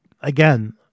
again